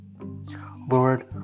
Lord